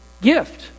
gift